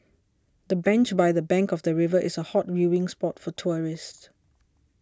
the bench by the bank of the river is a hot viewing spot for tourists